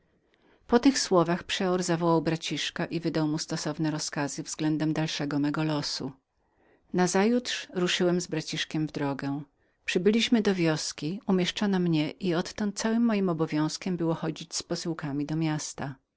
po tych słowach przeor zawołał braciszka i wydał mu stosowne rozkazy względem dalszego mego losu nazajutrz ruszyłem z braciszkiem w drogę drogę przybyliśmy do wioski umieszczono mnie i odtąd całym moim obowiązkiem było chodzić z posyłkami do miasta